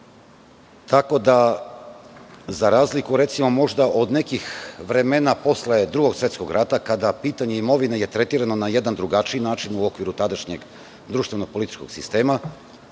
bavi.Za razliku od nekih vremena posle Drugog svetskog rata, kada je pitanje imovine tretirano na jedan drugačiji način u okviru tadašnjeg društveno-političkog sistema,